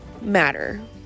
matter